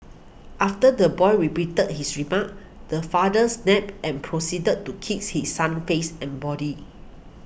after the boy repeated his remark the father snapped and proceeded to kick his son's face and body